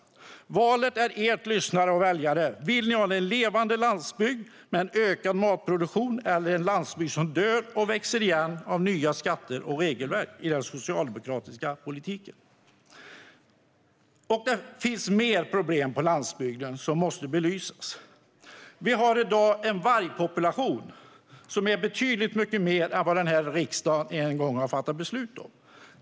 Valet är ert, lyssnare och väljare - vill ni ha en levande landsbygd med ökad matproduktion eller en landsbygd som växer igen och dör av nya skatter och regelverk i den socialdemokratiska politiken? Det finns fler problem på landsbygden som måste belysas. Vi har i dag en vargpopulation som är betydligt större än riksdagen en gång har fattat beslut om.